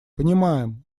понимаем